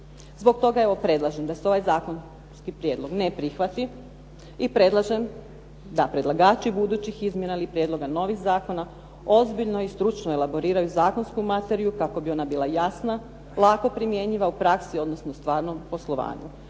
Zbog toga evo predlažem da se ovaj zakonski prijedlog ne prihvati i predlažem da predlagači budućih izmjena ili prijedloga novih zakona ozbiljno i stručno elaboriraju zakonsku materiju kako bi ona bila jasna, lako primjenjiva u praksi odnosno stvarnom poslovanju.